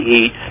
eat